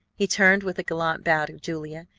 he turned with a gallant bow to julia.